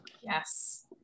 yes